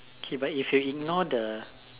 okay but if you ignore the